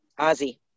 Ozzy